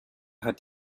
hat